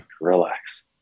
relax